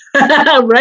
Right